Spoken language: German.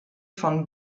von